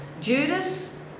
Judas